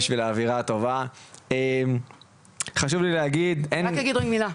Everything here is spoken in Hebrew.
אני רק אגיד מילה,